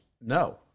no